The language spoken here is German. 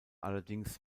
allerdings